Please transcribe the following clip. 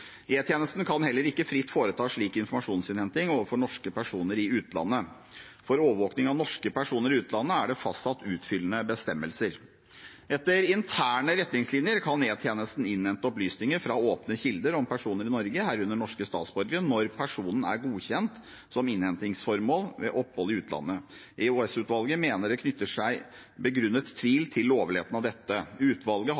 kan heller ikke fritt foreta slik informasjonsinnhenting overfor norske personer i utlandet. For overvåking av norske personer i utlandet er det fastsatt utfyllende bestemmelser. Etter interne retningslinjer kan E-tjenesten innhente opplysninger fra åpne kilder om personer i Norge, herunder norske statsborgere, når personen er godkjent som innhentingsformål ved opphold i utlandet. EOS-utvalget mener det knytter seg begrunnet